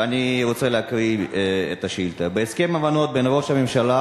אני רוצה להקריא את השאילתא: בהסכם הבנות בין ראש הממשלה